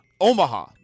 Omaha